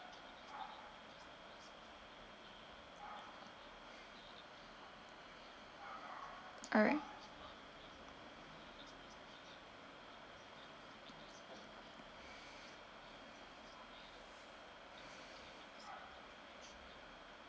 alright